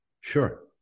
Sure